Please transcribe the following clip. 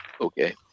okay